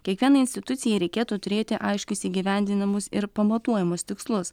kiekvienai institucijai reikėtų turėti aiškius įgyvendinamus ir pamatuojamus tikslus